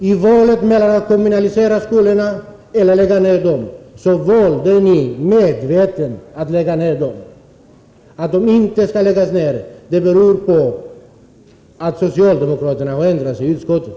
I valet mellan att kommunalisera skolorna eller lägga ned dem, väljer ni medvetet att lägga ned dem. Att de inte skall läggas ned beror på att socialdemokraterna har ändrat sig i utskottet.